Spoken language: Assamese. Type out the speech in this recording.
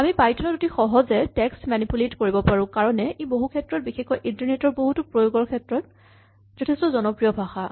আমি পাইথন ত অতি সহজে টেক্স্ট মেনিপুলেট কৰিব পাৰো কাৰণে ই বহুক্ষেত্ৰত বিশেষকৈ ইন্টাৰনেট ৰ বহুতো প্ৰয়োগৰ ক্ষেত্ৰত যথেষ্ট জনপ্ৰিয় ভাষা